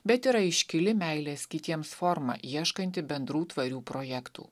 bet yra iškili meilės kitiems forma ieškanti bendrų tvarių projektų